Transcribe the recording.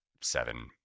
seven